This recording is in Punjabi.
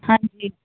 ਹਾਂਜੀ